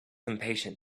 impatient